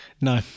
No